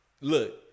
Look